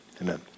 Amen